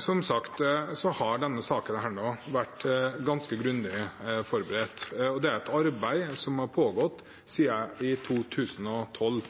Som sagt har denne saken vært ganske grundig forberedt, og det er et arbeid som har pågått siden 2012.